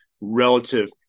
relative